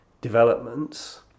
developments